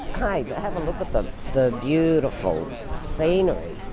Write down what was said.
hey, have a look at the the beautiful scenery.